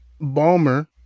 Balmer –